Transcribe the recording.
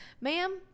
Ma'am